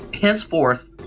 henceforth